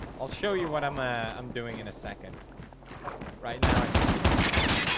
i'll show you what i'm ah um doing in a second right now i just need resources